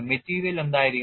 material എന്തായിരിക്കണം